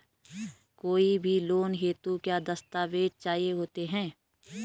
कोई भी लोन हेतु क्या दस्तावेज़ चाहिए होते हैं?